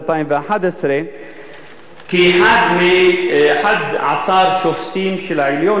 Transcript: כאחד מ-11 שופטים של העליון שדנו בסוגיה,